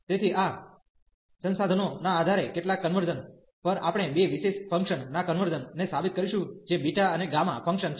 તેથી આ સંસાધનો ના આધારે કેટલાક કન્વર્ઝન પર આપણે બે વિશેષ ફંકશન ના કન્વર્ઝન ને સાબિત કરીશું જે બીટા અને ગામા ફંકશન છે